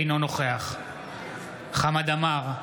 אינו נוכח חמד עמאר,